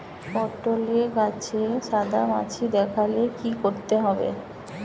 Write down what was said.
পটলে গাছে সাদা মাছি দেখালে কি করতে হবে?